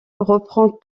reprend